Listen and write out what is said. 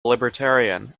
libertarian